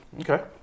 Okay